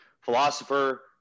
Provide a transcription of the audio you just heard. philosopher